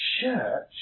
church